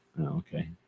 Okay